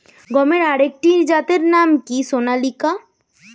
গমের আরেকটি জাতের নাম কি সোনালিকা?